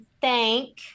thank